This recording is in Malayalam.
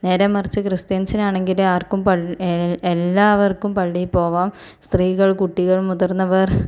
നേരെ മറിച്ച് ക്രിസ്ത്യൻസിനാണെങ്കിൽ ആർക്കുംപള്ളി എല്ലവർക്കും പള്ളിയിൽ പോകാം സ്ത്രീകൾ കുട്ടികൾ മുതിർന്നവർ